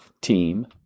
Team